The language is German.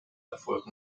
erfolg